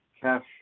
cash